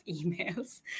emails